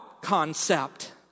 concept